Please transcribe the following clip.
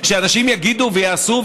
שאנשים יגידו ויעשו,